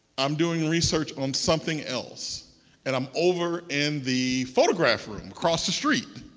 i'm doing research on something else and i'm over in the photograph room across the street,